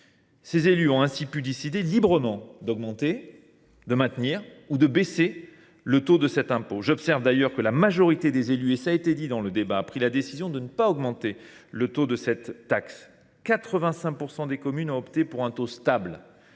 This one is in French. Ces élus ont ainsi pu décider librement d’augmenter, de maintenir ou de baisser le taux de cet impôt. J’observe d’ailleurs que la majorité des élus – cela a été dit au cours du débat – ont pris la décision de ne pas augmenter le taux de cette taxe : 85 % des communes ont opté pour un taux stable,